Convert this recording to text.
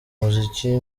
muziki